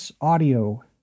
Audio